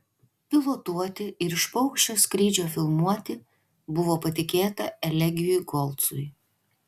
pilotuoti ir iš paukščio skrydžio filmuoti buvo patikėta elegijui golcui